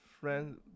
friend